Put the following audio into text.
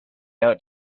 out